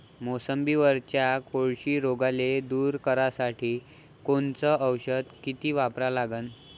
मोसंबीवरच्या कोळशी रोगाले दूर करासाठी कोनचं औषध किती वापरा लागन?